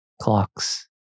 clocks